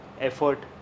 Effort